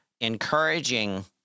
encouraging